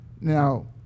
Now